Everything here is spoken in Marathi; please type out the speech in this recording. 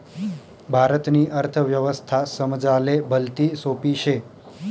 भारतनी अर्थव्यवस्था समजाले भलती सोपी शे